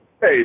Hey